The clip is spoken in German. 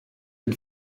den